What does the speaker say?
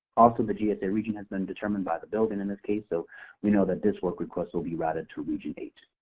also, the gsa region has been determined by the building in this case. so we know that this work request will be routed to region eight.